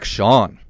Sean